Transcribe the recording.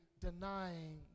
denying